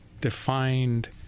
defined